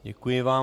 Děkuji vám.